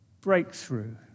Breakthrough